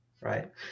right